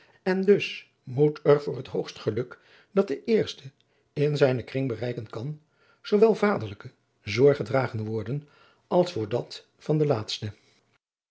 en dus moet er voor het hoogst geluk dat de eerste in zijnen kring bereiken kan zoowel vaderlijke zorg gedragen worden als voor dat van den laatsten